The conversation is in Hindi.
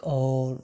और